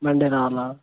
మండేనా